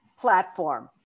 platform